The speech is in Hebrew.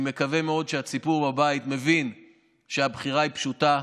אני מקווה מאוד שהציבור בבית מבין שהבחירה היא פשוטה.